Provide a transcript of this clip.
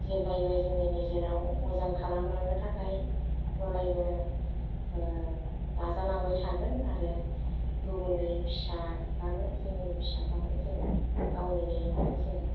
जेब्लायबो जोंनि नोजोराव मोजां खालामलांनो थाखाय अरायबो नाजालांबाय थागोन आरो गुबुननि फिसाब्लाबो जोंनि फिसाब्लाबो जों गावनिनो होननानै जों